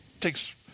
takes